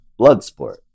Bloodsport